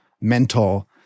mental